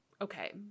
Okay